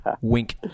Wink